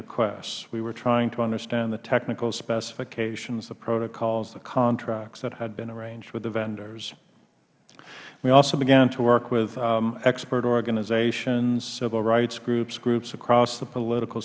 requests we were trying to understand the technical specifications the protocols the contracts that had been arranged with the vendors we also began to work with expert organizations civil rights groups groups across the political